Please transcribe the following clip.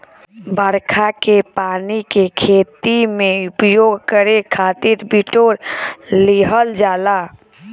बरखा के पानी के खेती में उपयोग करे खातिर बिटोर लिहल जाला